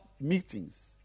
meetings